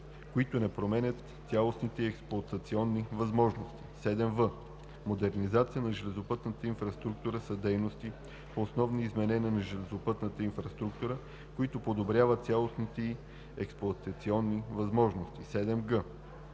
които не променят цялостните ѝ експлоатационни възможности. 7в. „Модернизация на железопътната инфраструктура“ са дейности по основни изменения на железопътната инфраструктура, които подобряват цялостните ѝ експлоатационни възможности. 7г.